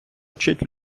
вчить